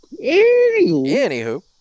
Anywho